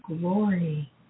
glory